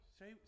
Say